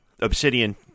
Obsidian